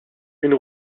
une